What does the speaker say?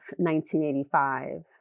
1985